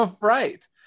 Right